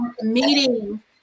meeting